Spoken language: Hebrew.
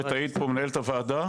וטעית פה מנהלת הוועדה,